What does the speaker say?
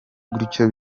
gutyo